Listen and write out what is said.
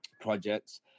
projects